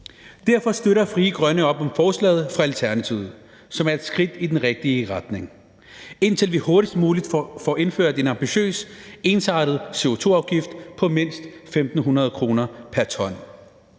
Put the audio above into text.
Derfor støtter Frie Grønne op om forslaget fra Alternativet, som er et skridt i den rigtige retning, indtil vi hurtigst muligt får indført en ambitiøs, ensartet CO2-afgift på mindst 1.500 kr. pr. ton.